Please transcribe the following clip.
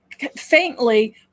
faintly